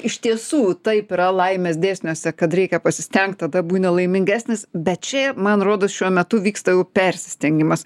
iš tiesų taip yra laimės dėsniuose kad reikia pasistengt tada būna laimingesnis bet čia man rodos šiuo metu vyksta jau persistengimas